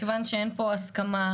מכיוון שאין פה הסכמה,